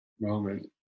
moment